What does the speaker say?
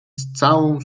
całą